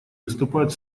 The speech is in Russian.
выступают